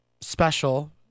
special